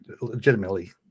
legitimately